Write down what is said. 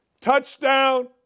Touchdown